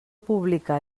pública